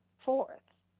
fourth,